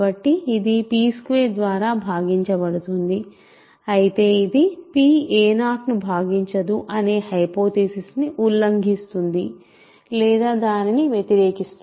కాబట్టి ఇది p2 ద్వారా భాగించబడుతుంది అయితే ఇది p a0 ను భాగించదు అనే హైపోథీసిస్ ను ఉల్లంఘిస్తుంది లేదా దానిని వ్యతిరేకిస్తుంది